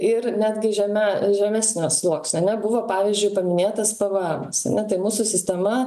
ir netgi žeme žemesnio sluoksnio ane buvo pavyzdžiui paminėtas pvemas ane tai mūsų sistema